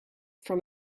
from